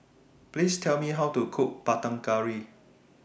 Please Tell Me How to Cook Panang Curry